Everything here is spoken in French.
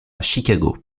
chicago